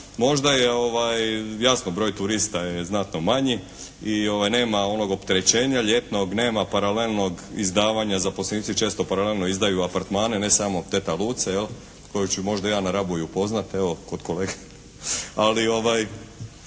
Možda je jasno broj turista je znatno manji i nema onog opterećenja ljetnog, nema paralelnog izdavanja, zaposlenici često paralelno izdaju apartmane a ne samo teta Luce koju ću možda ja na Rabu i upoznati evo kod kolege. Ali nervoze